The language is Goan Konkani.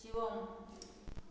शिवम